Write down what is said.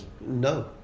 no